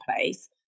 place